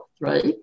right